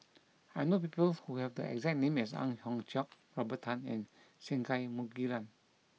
I know people who have the exact name as Ang Hiong Chiok Robert Tan and Singai Mukilan